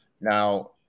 Now